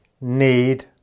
need